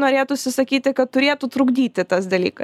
norėtųsi sakyti kad turėtų trukdyti tas dalyka